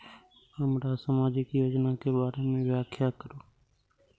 हमरा सामाजिक योजना के बारे में व्याख्या करु?